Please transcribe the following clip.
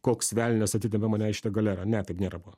koks velnias atitempė mane į šitą galerą ne taip nėra buvę